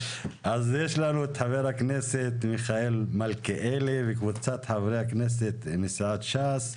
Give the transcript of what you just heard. אז יש לנו את חבר הכנסת מיכאל מלכיאלי וקבוצת חברי הכנסת מסיעת ש"ס.